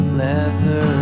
leather